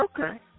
Okay